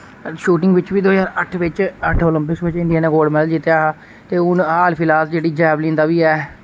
shooting बिच बी दो ज्हार अट्ठ बिच अट्ठ ओलंपिक्स बिच इंडिया नै गोल्ड मैडल जित्तेआ हा ते हुन हाल फिलहाल जेह्ड़ी जैवलिन दा बी ऐ